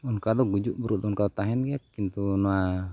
ᱚᱱᱠᱟ ᱫᱚ ᱜᱩᱡᱩᱜ ᱼᱜᱩᱨᱩ ᱫᱚ ᱚᱱᱠᱟ ᱫᱚ ᱛᱟᱦᱮᱱ ᱜᱮᱭᱟ ᱠᱤᱱᱛᱩ ᱚᱱᱟ